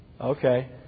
Okay